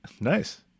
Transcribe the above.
Nice